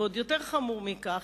ועוד יותר חמור מכך,